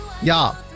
Y'all